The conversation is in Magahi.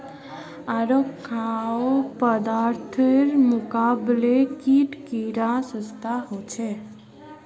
आरो खाद्य पदार्थेर मुकाबले कीट कीडा सस्ता ह छे